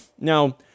Now